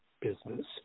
business